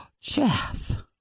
Jeff